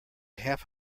half